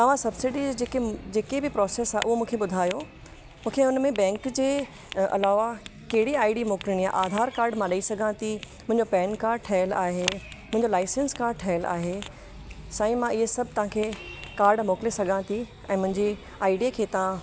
तव्हां सब्सिडी जी जेकी बि प्रोसेस आहे उहो मूंखे ॿुधायो मूंखे हुन में बैंक जी अलावा कहिड़ी आईडी मोकिलणी आहे आधार काड मां ॾई सघां ती मुंजो पेन काड ठहियलु आहे मुंजो लाईसेंस काड ठयल आहे साईं मां इहे सभु तां खे काड मोकिले सघां ती ऐं मुंहिंजी आईडी खे तव्हां